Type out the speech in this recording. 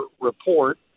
report